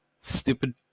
stupid